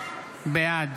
בעד